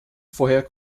vorher